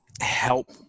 help